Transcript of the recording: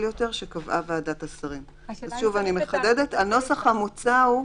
יותר שקבעה ועדת השרים," אני מחדדת שהנוסח המוצע הוא: